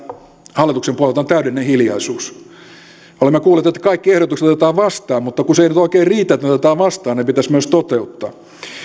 hallituksen puolella on täydellinen hiljaisuus olemme kuulleet että kaikki ehdotukset otetaan vastaan mutta se ei nyt oikein riitä että ne otetaan vastaan ne pitäisi myös toteuttaa